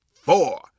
four